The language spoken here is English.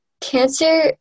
cancer